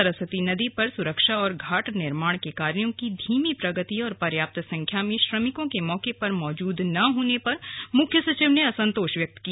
सरस्वती नदी पर सुरक्षा और घाट निर्माण के कार्यों की धीमी प्रगति और पर्याप्त संख्या में श्रमिकों के मौके पर मौजूद न होने पर मुख्य सचिव ने असंतोष व्यक्त किया